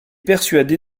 persuadé